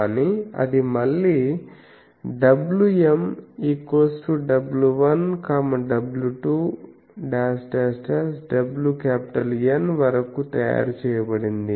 కాని అది మళ్ళీ wmw1 w2 wN వరకు తయారు చేయబడింది